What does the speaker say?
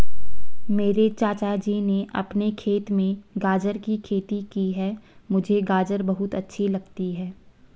मेरे चाचा जी ने अपने खेत में गाजर की खेती की है मुझे गाजर बहुत अच्छी लगती है